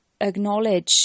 acknowledge